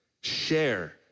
share